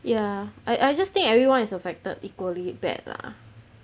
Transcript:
ya I I just think everyone is affected equally bad lah